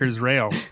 rail